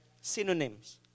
synonyms